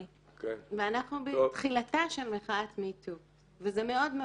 ואנחנו רק בתחילתה של מחאת MeToo בסדר,